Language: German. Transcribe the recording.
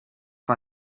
war